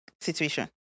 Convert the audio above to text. situation